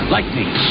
Lightning